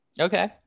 Okay